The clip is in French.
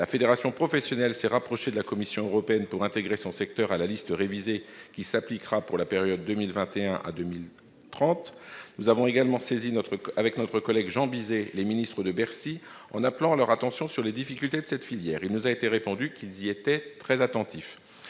La fédération professionnelle s'est rapprochée de la Commission européenne pour intégrer son secteur à la liste révisée qui s'appliquera pour la période 2021 à 2030. Nous avons saisi, avec notre collègue Jean Bizet, les ministres de Bercy, en appelant leur attention sur les difficultés de cette filière. Il nous a été répondu qu'ils y étaient très attentifs.